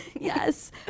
Yes